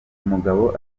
umugabo